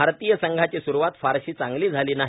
भारतीय संघाची सुरूवात फारशी चांगली झाली नाही